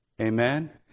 Amen